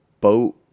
boat